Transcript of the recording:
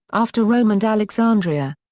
after rome and alexandria.